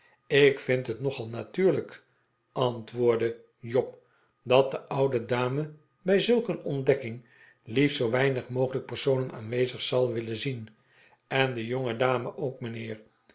ik vind het nogal natuurlijk antwoordde job dat de oude dame bij zulk een ontdekking liefst zoo weinig mogelijk personen aanwezig zal willen zien en de jongedame ook mijnheer